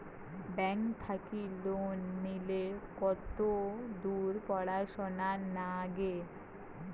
Bank থাকি loan নিলে কতদূর পড়াশুনা নাগে?